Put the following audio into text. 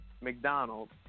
McDonald's